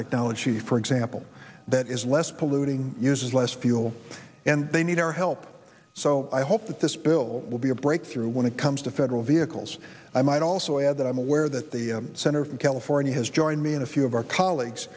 technology for example that is less polluting uses less fuel and they need our help so i hope that this bill will be a breakthrough when it comes to federal vehicles i might also add that i'm aware that the senator from california has joined me in a few of our colleagues